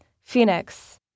Phoenix